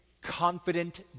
confident